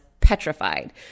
petrified